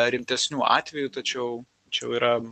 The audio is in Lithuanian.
rimtesnių atvejų tačiau tačiau yra